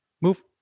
move